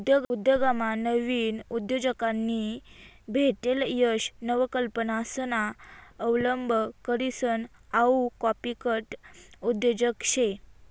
उद्योगमा नाविन उद्योजकांनी भेटेल यश नवकल्पनासना अवलंब करीसन हाऊ कॉपीकॅट उद्योजक शे